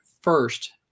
first